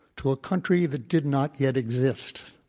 to a country that did not yet exist